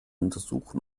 untersuchen